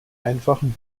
einfachen